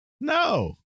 No